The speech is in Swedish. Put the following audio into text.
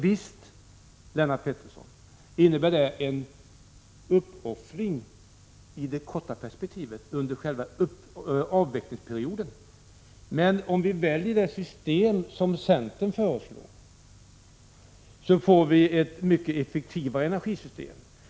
Visst, Lennart Pettersson, innebär det en uppoffring i det korta perspektivet under själva avvecklingsperioden. Men om vi väljer det system som centern föreslagit, får vi ett mycket effektivare energisystem.